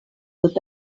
tot